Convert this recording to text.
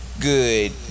good